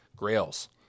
grails